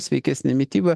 sveikesnė mityba